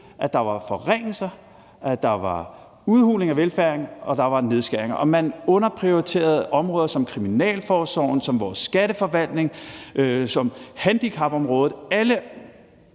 at der var forringelser, at der skete en udhuling af velfærden, og at der blev foretaget nedskæringer. Man underprioriterede områder som kriminalforsorgen, vores skatteforvaltning og handicapområdet. Diverse